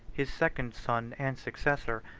his second son and successor,